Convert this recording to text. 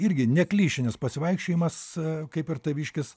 irgi neklišinis pasivaikščiojimas kaip ir taviškis